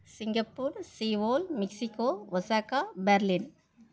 Singapore Seoul Mexico Osaka Berlin